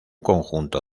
conjunto